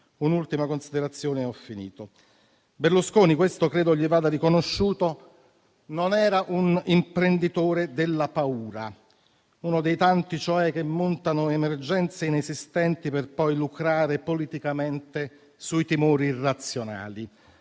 un'ultima considerazione: Berlusconi - credo questo gli vada riconosciuto - non era un imprenditore della paura, uno dei tanti cioè che montano emergenze inesistenti per poi lucrare politicamente sui timori irrazionali.